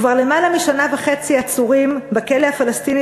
כבר למעלה משנה וחצי עצורים בכלא הפלסטיני